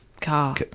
car